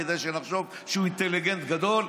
כדי שנחשוב שהוא אינטליגנט גדול.